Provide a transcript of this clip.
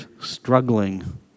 struggling